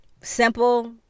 Simple